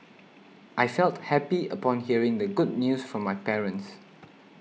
I felt happy upon hearing the good news from my parents